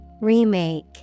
Remake